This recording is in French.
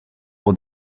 pour